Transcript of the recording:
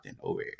over